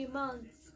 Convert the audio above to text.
months